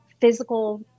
physical